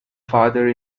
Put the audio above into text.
father